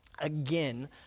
Again